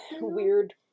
weird